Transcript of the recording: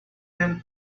them